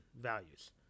values